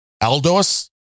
Aldous